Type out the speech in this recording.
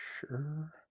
sure